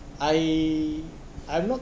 I I'm not